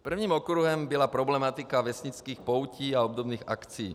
Prvním okruhem byla problematika vesnických poutí a obdobných akcí.